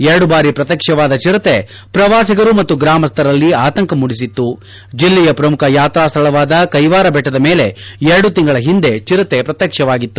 ಎರಡು ಬಾರಿ ಪ್ರತ್ನಕ್ಷವಾದ ಚಿರತೆ ಪ್ರವಾಸಿಗರು ಮತ್ತು ಗ್ರಾಮಸ್ಥರಲ್ಲಿ ಆತಂಕ ಮೂಡಿಸಿತ್ತು ಜಿಲ್ಲೆಯ ಪ್ರಮುಖ ಯಾತಾಸ್ಥಳವಾದ ಕೈವಾರ ಬೆಟ್ಟದ ಮೇಲೆ ಎರಡು ತಿಂಗಳ ಹಿಂದೆ ಚಿರತೆ ಪ್ರತ್ವಕ್ಷವಾಗಿತ್ತು